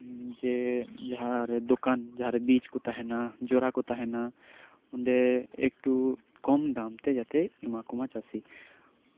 ᱫᱚᱠᱟᱱ ᱡᱟᱸᱦᱟᱨᱮ ᱵᱤᱡ ᱠᱚ ᱛᱟᱸᱦᱮᱱᱟ ᱪᱟᱨᱟ ᱠᱚ ᱛᱟᱸᱦᱮᱱᱟ ᱚᱱᱰᱮ ᱮᱠᱴᱩ ᱠᱚᱢ ᱫᱟᱢ ᱛᱮ ᱮᱢᱟ ᱠᱚ ᱮᱢᱟ ᱠᱚᱢᱟ ᱪᱟᱹᱥᱤ